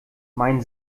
mein